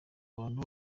abantu